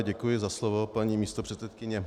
Děkuji za slovo, paní místopředsedkyně.